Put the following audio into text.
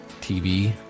TV